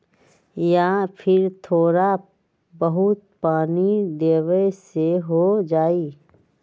या फिर थोड़ा बहुत पानी देबे से हो जाइ?